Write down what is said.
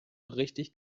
richtig